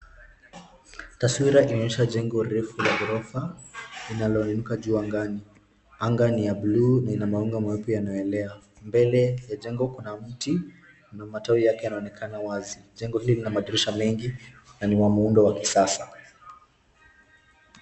Taswira inaonyesha jengo refu la gorofa, linalo inuka juu angani. Anga ni ya buu ina mawingu meupe yanaelea. Mbele ya jengo kuna mti na matawi yake yanaonekana wazi. Jengo hili lina madirisha mengi na ni wa muundo wa kisasa.